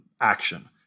action